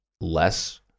less